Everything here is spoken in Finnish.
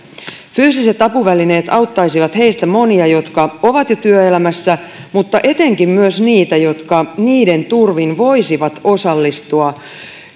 fyysiset apuvälineet auttaisivat heistä monia niitä jotka ovat jo työelämässä mutta etenkin myös niitä jotka niiden turvin voisivat osallistua